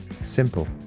Simple